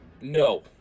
No